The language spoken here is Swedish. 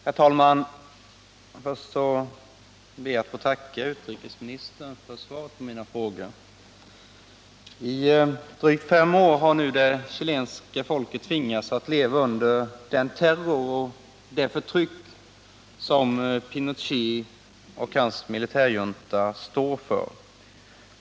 Herr talman! Först ber jag att få tacka utrikesministern för svaren på mina frågor. I drygt fem år har det chilenska folket tvingats att leva under den terror och det förtryck, som Pinochet och hans militärjunta står för.